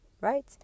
right